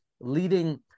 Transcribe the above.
leading